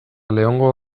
leongo